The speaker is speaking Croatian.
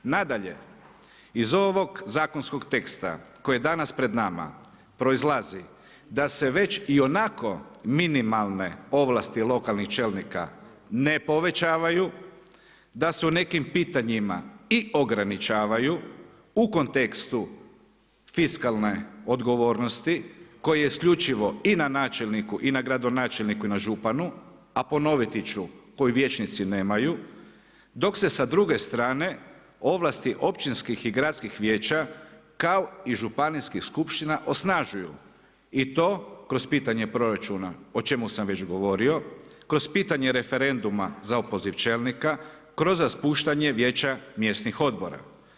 Nadalje, iz ovog zakonskog teksta koji je danas pred nama proizlazi da se već ionako minimalne ovlasti lokalnih čelnika ne povećavaju, da se u nekim pitanjima i ograničavaju u kontekstu fiskalne odgovornosti koja je isključivo i na načelniku i na gradonačelniku i na županu, a ponoviti ću koju vijećnici nemaju, dok se sa druge strane ovlasti općinskih i gradskih vijeća kao i županijskih skupština osnažuju i to kroz pitanja proračuna o čemu sam već govorio, kroz pitanje referenduma za opoziv čelnika, kroz raspuštanje vijeća mjesnih odbora.